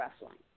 wrestling